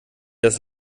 das